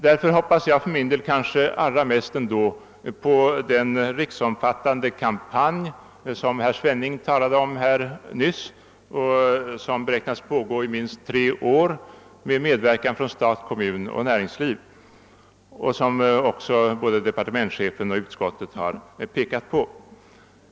Därför ställer jag för min del kanske de största förväntningarna till den riksomfattande kam panj som herr Svenning talade om och som beräknas pågå i minst tre år under medverkan från stat, kommun och näringsliv; både departementschefen och utskottet har erinrat om detta.